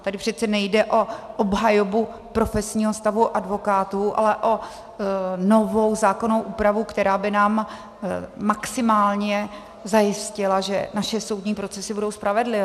Tady přece nejde o obhajobu profesního stavu advokátů, ale o novou zákonnou úpravu, která by nám maximálně zajistila, že naše soudní procesy budou spravedlivé.